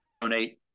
donate